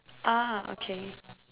ah okay